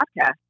podcast